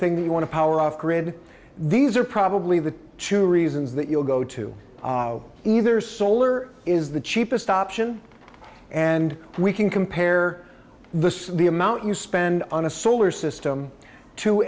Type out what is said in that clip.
thing that you want to power off grid these are probably the two reasons that you'll go to either solar is the cheapest option and we can compare the the amount you spend on a solar system to